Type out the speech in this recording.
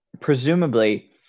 presumably